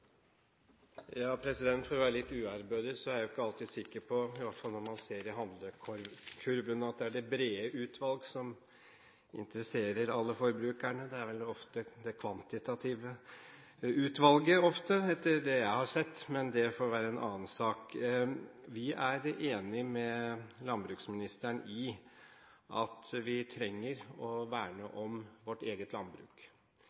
For å være litt uærbødig: Jeg er ikke alltid sikker på – i hvert fall når man ser i handlekurven – at det er det brede utvalget som interesserer alle forbrukerne. Det er vel ofte det kvantitative utvalget som gjør det, etter det jeg har sett, men det får være en annen sak. Vi er enige med landbruksministeren i at vi trenger å verne